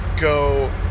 go